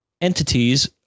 entities